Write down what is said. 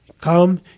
come